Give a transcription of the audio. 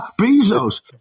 Bezos